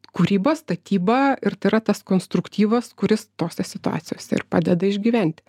kūryba statyba ir tai yra tas konstruktyvas kuris tose situacijose ir padeda išgyventi